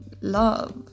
love